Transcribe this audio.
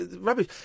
rubbish